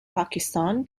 pakistan